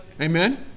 Amen